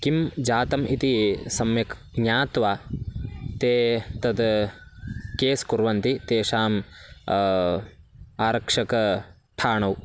किं जातम् इति सम्यक् ज्ञात्वा ते तत् केस् कुर्वन्ति तेषाम् आरक्षक ठाणौ